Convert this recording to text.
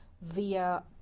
via